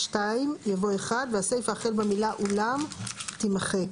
(2)" יבוא "(1)" והסיפה החל במילה "אולם" - תימחק,